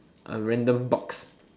a random box